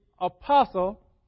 apostle